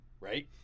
right